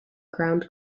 ground